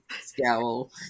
scowl